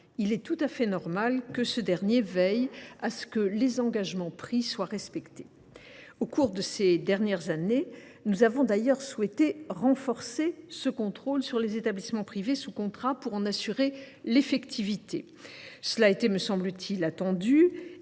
il est en effet normal que ce dernier veille à ce que les engagements pris soient respectés. Au cours des dernières années, nous avons souhaité renforcer ce contrôle sur les établissements privés sous contrat, afin d’en assurer l’effectivité. Cela était, me semble t il, attendu,